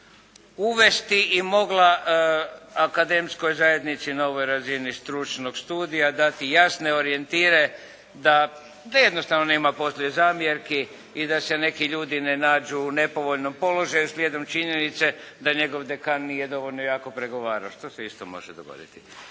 uvesti i mogla akademskoj zajednici na ovoj razini stručnog studija dati jasne orijentire da jednostavno nema poslije zamjerki i da se neki ljudi ne nađu u nepovoljnom položaju slijedom činjenice da njegov dekan nije dovoljno jako pregovarao što se isto može dogoditi.